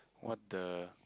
what the